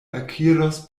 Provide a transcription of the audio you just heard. akiros